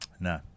No